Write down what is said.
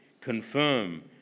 confirm